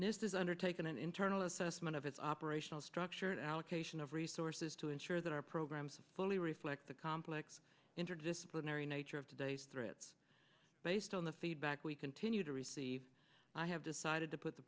is undertaken an internal assessment of its operational structured allocation of resources to ensure that our programs fully reflect the complex interdisciplinary nature of today's threats based on the feedback we continue to receive i have decided to put the